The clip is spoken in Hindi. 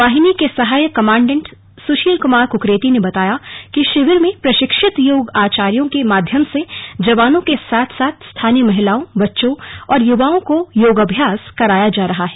वाहिनी के सहायक कमांडेंट सुशील कुमार कुकरेती ने बताया कि शिविर में प्रशिक्षित योगा आचार्यो के माध्यम से जवानों के साथ साथ स्थानीय महिलाओं बच्चों और युवाओं को योगाभ्यास कराया जा रहा है